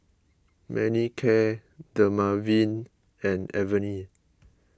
Manicare Dermaveen and Avene